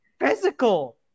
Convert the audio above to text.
physical